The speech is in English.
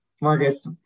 Marcus